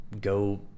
go